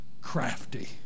crafty